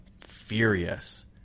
furious